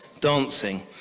dancing